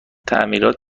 تعمیرات